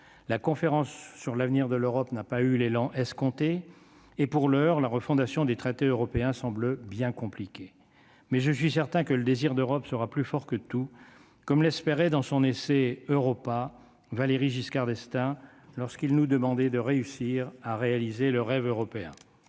la conférence sur l'avenir de l'Europe n'a pas eu l'élan escompté et pour l'heure, la refondation des traités européens semblent bien compliqué mais je suis certain que le désir d'Europe sera plus fort que tout, comme l'espérait dans son essai Europa Valéry Giscard d'Estaing lorsqu'il nous demander de réussir à réaliser le rêve européen,